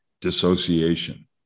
dissociation